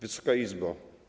Wysoka Izbo!